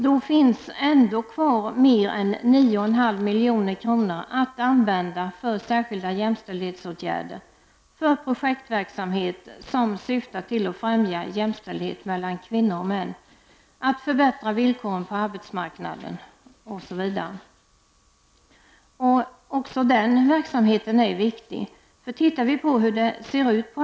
Då finns ändå kvar mer än 9,5 milj.kr. att använda för särskilda jämställdhetsåtgärder — för projektverksamhet som syftar till att främja jämställdhet mellan kvinnor och män, till att förbättra villkoren på arbetsmarknaden osv. Också den verksamheten är viktig.